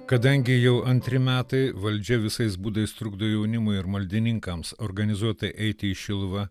kadangi jau antri metai valdžia visais būdais trukdo jaunimui ir maldininkams organizuotai eiti į šiluvą